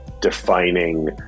defining